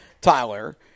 Tyler